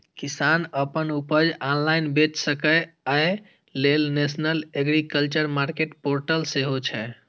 किसान अपन उपज ऑनलाइन बेच सकै, अय लेल नेशनल एग्रीकल्चर मार्केट पोर्टल सेहो छै